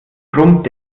brummt